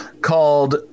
called